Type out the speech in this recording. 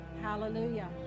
Hallelujah